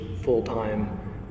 full-time